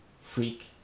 Freak